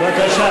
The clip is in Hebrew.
נא לשבת.